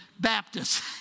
Baptists